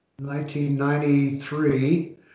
1993